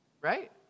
right